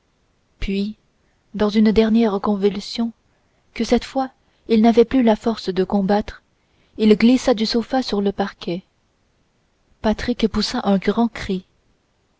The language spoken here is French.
puis dans une dernière convulsion que cette fois il n'avait plus la force de combattre il glissa du sofa sur le parquet patrick poussa un grand cri